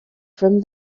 from